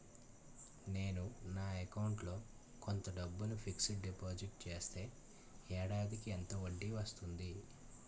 నేను నా అకౌంట్ లో కొంత డబ్బును ఫిక్సడ్ డెపోసిట్ చేస్తే ఏడాదికి ఎంత వడ్డీ వస్తుంది?